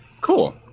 cool